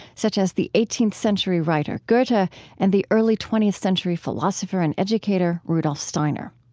such as the eighteenth century writer goethe but and the early twentieth century philosopher and educator rudolph steiner.